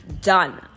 done